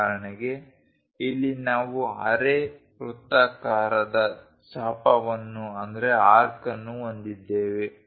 ಉದಾಹರಣೆಗೆ ಇಲ್ಲಿ ನಾವು ಅರೆ ವೃತ್ತಾಕಾರದ ಚಾಪವನ್ನು ಹೊಂದಿದ್ದೇವೆ